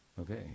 okay